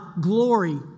glory